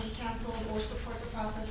cancelled or support the